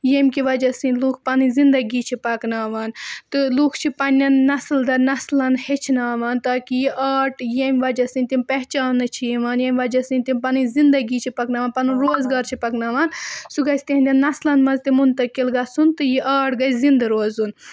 ییٚمہِ کہِ وجہ سۭتۍ لُکھ پَنٕنۍ زندگی چھِ پَکناوان تہٕ لُکھ چھِ پںٛنٮ۪ن نسٕل درنسلَن ہیٚچھناوان تاکہِ یہِ آرٹ ییٚمہِ وجہ سۭتۍ تِم پہچاونہٕ چھِ یِوان ییٚمہِ وجہ سۭتۍ تِم پَنٕنۍ زندگی چھِ پَکناوان پَنُن روزگار چھِ پَکناوان سُہ گژھِ تِہِنٛدٮ۪ن نَسلَن منٛز تہِ منتقل گژھُن تہٕ یہِ آرٹ گژھِ زنٛدٕ روزُن